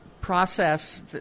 process